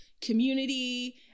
community